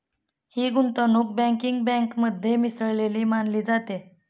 ही गुंतवणूक बँकिंग बँकेमध्ये मिसळलेली मानली जाते